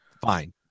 Fine